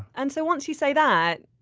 and so once you say that,